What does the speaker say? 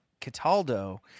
Cataldo